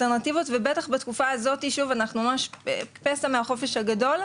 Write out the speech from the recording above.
התערבויות שאפשר להגיד,